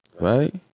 right